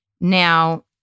Now